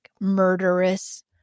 murderous